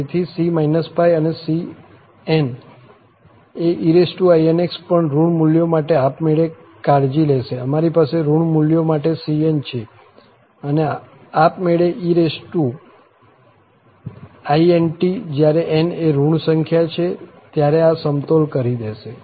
તેથી c અને cn અને einx પણ ઋણ મૂલ્યો માટે આપમેળે કાળજી લેશે અમારી પાસે ઋણ મૂલ્યો માટે cn છે અને આપમેળે einx જ્યારે n એ ઋણ સંખ્યા છે ત્યારે આ સમતોલ કરી દેશે